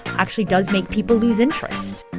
actually does make people lose interest